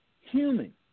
Human